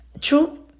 true